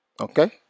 Okay